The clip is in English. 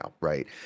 right